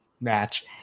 match